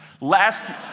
Last